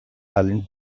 island